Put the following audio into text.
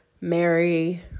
Mary